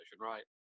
Right